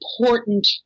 important